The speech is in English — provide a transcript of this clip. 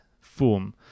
form